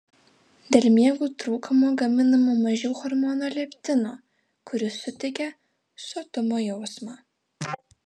dėl miego trūkumo gaminama mažiau hormono leptino kuris suteikia sotumo jausmą